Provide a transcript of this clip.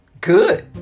Good